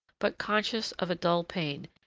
but conscious of a dull pain,